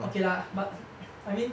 okay lah but I mean